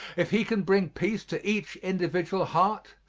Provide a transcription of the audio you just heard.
if he can bring peace to each individual heart,